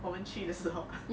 我们去的时候啊